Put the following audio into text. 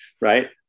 Right